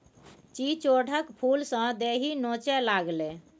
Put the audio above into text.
चिचोढ़क फुलसँ देहि नोचय लागलै